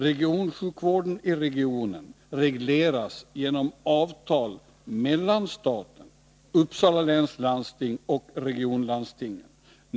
Regionsjukvården i regionen regleras genom avtal mellan staten, Uppsala läns landsting och regionlandstingen.